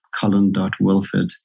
colin.wilford